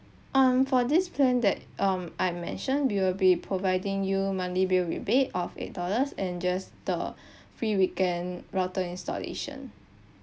um for this plan that um I mentioned we will be providing you monthly bill rebate of eight dollars and just the free weekend router installation